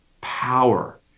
power